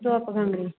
top घंघरी